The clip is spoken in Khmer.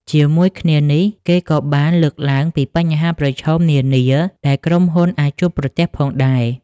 ជាមួយគ្នានេះ គេក៏បានលើកឡើងពីបញ្ហាប្រឈមនានាដែលក្រុមហ៊ុនអាចជួបប្រទះផងដែរ។